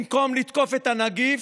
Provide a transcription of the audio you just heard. במקום לתקוף את הנגיף,